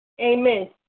amen